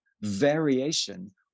variation